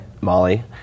Molly